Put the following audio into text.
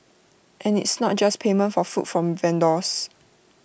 and it's not just payment for food from vendors